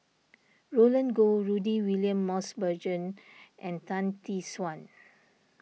Roland Goh Rudy William Mosbergen and Tan Tee Suan